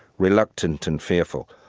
reluctant, and fearful,